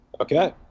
Okay